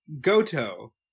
Goto